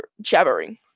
jabbering